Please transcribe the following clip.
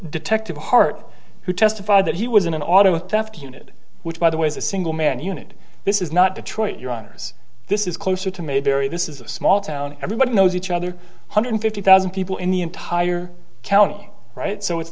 detective hart who testified that he was in an auto theft unit which by the way is a single man unit this is not detroit your honour's this is closer to mayberry this is a small town everybody knows each other hundred fifty thousand people in the entire county right so it's